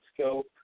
scope